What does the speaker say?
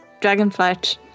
dragonflight